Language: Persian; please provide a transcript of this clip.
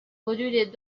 حدود